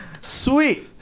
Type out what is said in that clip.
Sweet